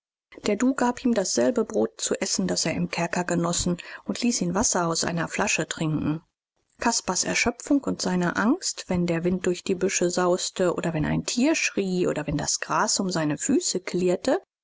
der du gab ihm dasselbe brot zu essen das er im kerker genossen und ließ ihn wasser aus einer flasche trinken caspars erschöpfung und seine angst wenn der wind durch die büsche sauste oder wenn ein tier schrie oder wenn das gras um seine füße klirrte